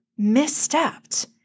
misstepped